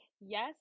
yes